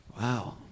Wow